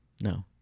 No